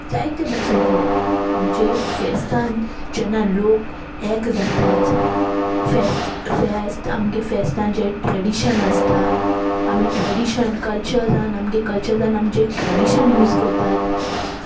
जायते भाशेंतले आमचे फेस्तान जेन्ना लोक एक जातात फेस्त फेस्त आमगे फेस्तान जें ट्रेडिशन आसता आमी ट्रेडिशन कल्चरान आमगे कल्चरान आमचे ट्रेडिशन यूज कोतात